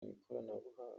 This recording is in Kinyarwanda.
ikoranabuhanga